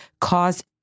caused